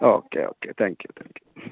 okay okay thank you thank you